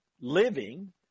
living